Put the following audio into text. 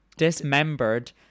dismembered